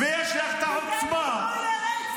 ויש לך את החוצפה --- אתה נותן גיבוי לרצח.